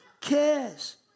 cares